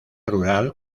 rural